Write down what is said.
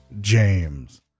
James